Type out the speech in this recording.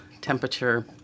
temperature